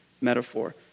metaphor